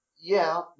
Yeah